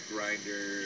Grinder